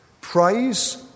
Praise